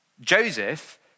Joseph